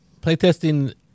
playtesting